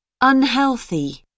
unhealthy